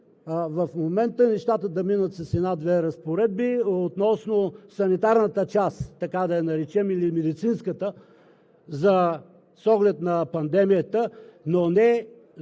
в момента – нещата да минат с една-две разпоредби относно санитарната част, така да я наречем, или медицинската, с оглед на пандемията, но това,